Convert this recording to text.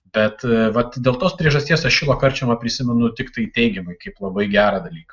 bet vat dėl tos priežasties aš šilo karčemą prisimenu tiktai teigiamai kaip labai gerą dalyką